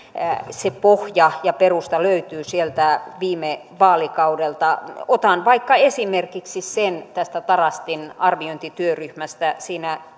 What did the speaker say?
se pohja ja perusta löytyvät sieltä viime vaalikaudelta otan esimerkiksi tästä tarastin arviointityöryhmän työstä vaikka sen että siinä